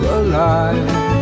alive